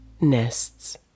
Nests